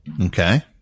Okay